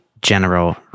general